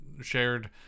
shared